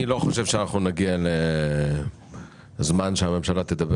אני לא חושב שאנחנו נצליח לשמוע את הממשלה,